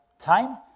time